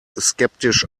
skeptisch